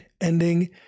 ending